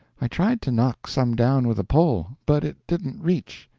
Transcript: i tried to knock some down with a pole, but it didn't reach,